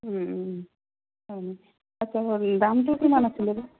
আচ্ছা দামটো কিমান আছিলে বা